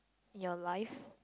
your life